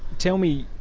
tell me,